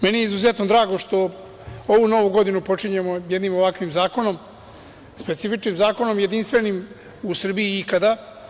Meni je izuzetno drago što ovu Novu godinu počinjemo jednim ovakvim zakonom, specifičnim zakonom, jedinstvenim u Srbiji ikada.